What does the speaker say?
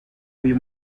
uyu